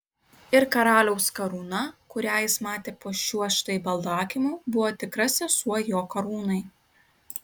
ir karaliaus karūna kurią jis matė po šiuo štai baldakimu buvo tikra sesuo jo karūnai